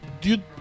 dude